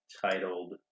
titled